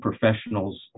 professional's